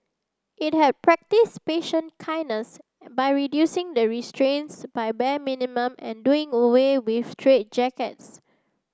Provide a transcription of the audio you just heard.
it had practised patient kindness by reducing the restraints by bare minimum and doing away with straitjackets